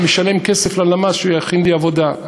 אני משלם כסף ללמ"ס שיכין לי עבודה.